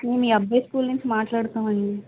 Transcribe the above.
మేము మీ అబ్బాయి స్కూల్ నుంచి మాట్లాడుతున్నాం అండి